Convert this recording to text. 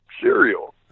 cereal